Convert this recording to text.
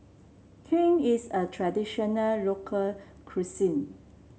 Kheer is a traditional local cuisine